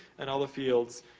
and other fields,